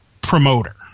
promoter